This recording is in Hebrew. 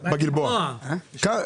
בגלבוע תחנה.